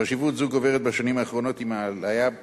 חשיבות זו גוברת בשנים האחרונות עם העלייה